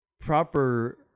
proper